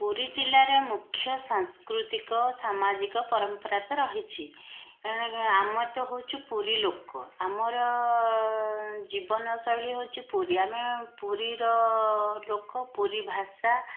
ପୁରୀ ଜିଲ୍ଲାରେ ମୁଖ୍ୟ ସାଂସ୍କୃତିକ ସାମାଜିକ ପରମ୍ପରା ତ ରହିଛି କାରଣ ଆମେ ତ ହେଉଛୁ ପୁରୀ ଲୋକ ଆମର ଜୀବନଶୈଳୀ ହେଉଛି ପୁରୀ ଆମେ ପୁରୀର ଲୋକ ପୁରୀ ଭାଷା